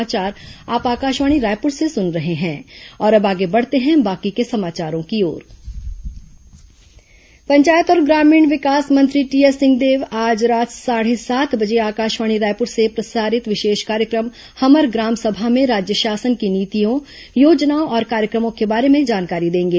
हमर ग्राम सभा पंचायत और ग्रामीण विकास मंत्री टीएस सिंहदेव आज रात साढ़े सात बजे आकाशवाणी रायपुर से प्रसारित विशेष कार्यक्रम हमर ग्राम सभा में राज्य शासन की नीतियों योजनाओं और कार्यक्रमों के बारे में जानकारी देंगे